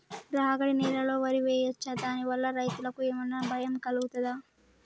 రాగడి నేలలో వరి వేయచ్చా దాని వల్ల రైతులకు ఏమన్నా భయం కలుగుతదా?